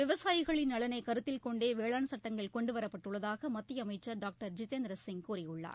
விவசாயிகளின் நலனை கருத்தில் கொண்டே வேளாண் சுட்டங்கள் கொண்டுவரப்பட்டுள்ளதாக மத்திய அமைச்சர் டாக்டர் ஜிதேந்திரசிங் கூறியுள்ளார்